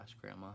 Grandma